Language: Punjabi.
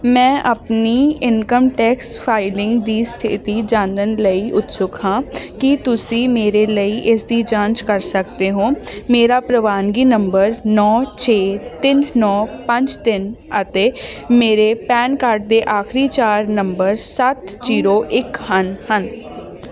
ਮੈਂ ਆਪਣੀ ਇਨਕਮ ਟੈਕਸ ਫਾਈਲਿੰਗ ਦੀ ਸਥਿਤੀ ਜਾਣਨ ਲਈ ਉਤਸੁਕ ਹਾਂ ਕੀ ਤੁਸੀਂ ਮੇਰੇ ਲਈ ਇਸ ਦੀ ਜਾਂਚ ਕਰ ਸਕਦੇ ਹੋ ਮੇਰਾ ਪ੍ਰਵਾਨਗੀ ਨੰਬਰ ਨੌ ਛੇ ਤਿੰਨ ਨੌ ਪੰਜ ਤਿੰਨ ਅਤੇ ਮੇਰੇ ਪੈਨ ਕਾਰਡ ਦੇ ਆਖਰੀ ਚਾਰ ਨੰਬਰ ਸੱਤ ਜੀਰੋ ਇੱਕ ਹਨ ਹਨ